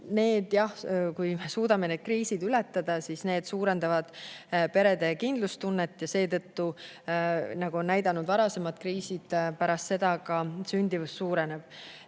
jah, kui me suudame need kriisid ületada, siis need [sammud] suurendavad perede kindlustunnet, ja nagu on näidanud varasemad kriisid, pärast seda ka sündimus suureneb.